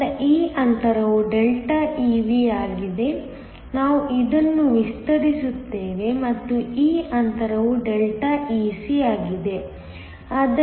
ಆದ್ದರಿಂದ ಈ ಅಂತರವು Δ Ev ಆಗಿದೆ ನಾವು ಇದನ್ನು ವಿಸ್ತರಿಸುತ್ತೇವೆ ಮತ್ತು ಈ ಅಂತರವು Δ Ec ಆಗಿದೆ